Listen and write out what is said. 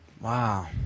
wow